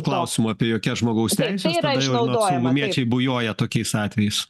klausimų apie jokias žmogaus teises bujoja tokiais atvejais